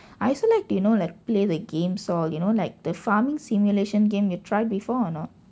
I also like to you know like play the games all you know like the farming simulation game you try before or not